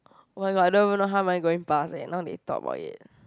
oh-my-god I don't even how am I going to pass eh now they talk about it